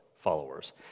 followers